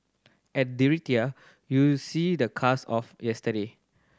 at Detroit you see the cars of yesterday